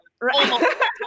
Right